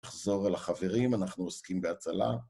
נחזור על החברים, אנחנו עוסקים בהצלה.